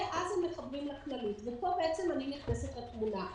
ואז הם מתחברים לכללית, ופה אני נכנסת לתמונה.